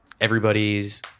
everybody's